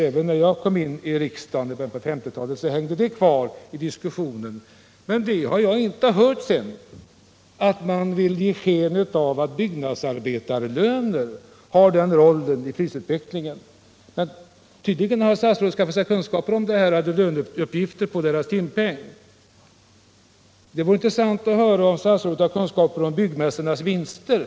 Även när jag kom in i riksdagen i början av 1950-talet hängde det argumentet kvar i diskussionen. Men sedan dess har jag inte hört någon som velat ge sken av att byggnadsarbetarlönerna har den rollen i prisutvecklingen. Statsrådet har tydligen skaffat sig uppgifter om byggnadsarbetarnas timpeng. Det vore intressant att höra om statsrådet också har kunskaper om byggmästarnas vinster.